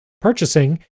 purchasing